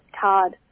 card